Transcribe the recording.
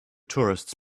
tourists